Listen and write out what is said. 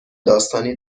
داستانی